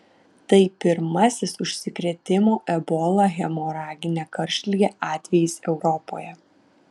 tai pirmasis užsikrėtimo ebola hemoragine karštlige atvejis europoje